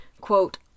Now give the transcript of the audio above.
quote